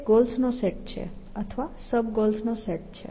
તે ગોલ્સનો સેટ છે અથવા સબ ગોલનો સેટ છે